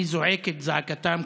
אני זועק את זעקתם,